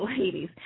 ladies